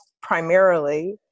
primarily